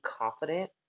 confident